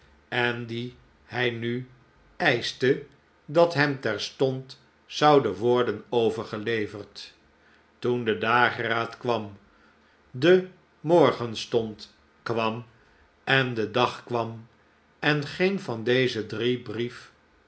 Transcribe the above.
en die hij nu eischte dat hem terstond zouden worden overgeleverd toen de dageraad kwam de morgenstond kwam en dedag kwam en geen van deze drie brief